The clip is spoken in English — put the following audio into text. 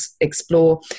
explore